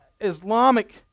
Islamic